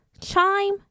Chime